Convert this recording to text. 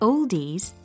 Oldies